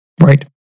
right